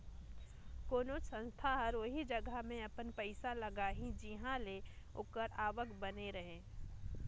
कोनोच संस्था हर ओही जगहा में अपन पइसा लगाही जिंहा ले ओकर आवक बने रहें